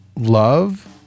love